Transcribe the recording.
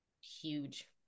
huge